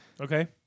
Okay